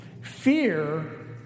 Fear